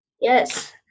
Yes